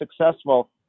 successful